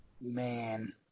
Man